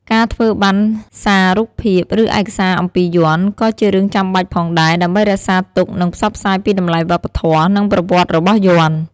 ការធ្វើបណ្ណសាររូបភាព និងឯកសារអំពីយ័ន្ត ក៏ជារឿងចាំបាច់ផងដែរ ដើម្បីរក្សាទុក និងផ្សព្វផ្សាយពីតម្លៃវប្បធម៌ និងប្រវត្តិរបស់យ័ន្ត។